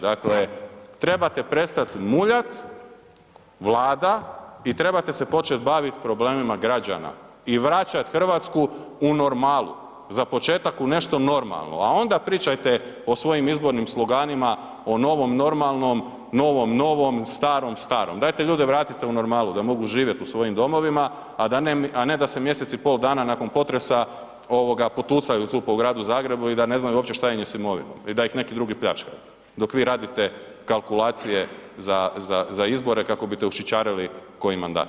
Dakle, trebate prestat muljat Vlada i trebate se počet baviti problemima građana i vraćat Hrvatsku u normalu, za početak u nešto normalno, a onda pričajte o svojim izbornim sloganima, o novom normalnom, novom novom, starom starom, dajte ljude vratite u normalu da mogu živjet u svojim domovima, a ne da se mjesec i pol dana nakon potresa potucaju tu po gradu Zagrebu i da ne znaju uopće šta im je sa imovinom da ih neki drugi pljačkaju dok vi radite kalkulacije za izbore kako bite ušićarili koji mandat.